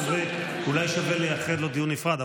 אולי שווה לייחד לו דיון נפרד,